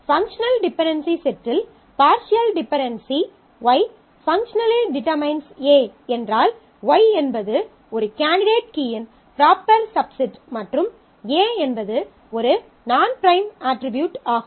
functional dependency செட்டில் partial dependency Y functionally determines A என்றால் Y என்பது ஒரு கேண்டிடேட் கீயின் ப்ராப்பர் சப்செட் மற்றும் A என்பது ஒரு நான் பிரைம் அட்ரிபியூட் ஆகும்